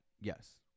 yes